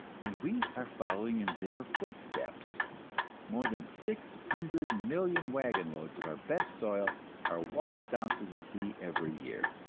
and we are following in their footsteps more than six hundred million wagon-loads of our best soil are washed down to the sea every year!